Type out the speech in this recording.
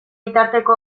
bitarteko